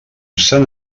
sant